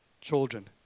children